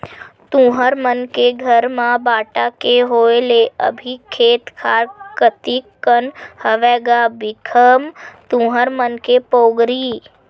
तुँहर मन के घर म बांटा के होय ले अभी खेत खार कतिक कन हवय गा भीखम तुँहर मन के पोगरी?